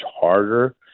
harder